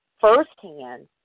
firsthand